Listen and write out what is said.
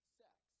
sex